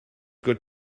good